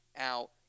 out